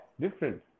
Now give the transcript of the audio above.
different